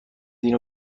اینو